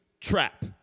trap